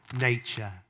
nature